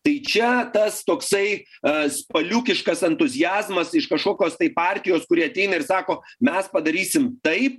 tai čia tas toksai spaliukiškas entuziazmas iš kažkokios tai partijos kuri ateina ir sako mes padarysim taip